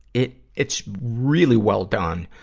it, it's really well done,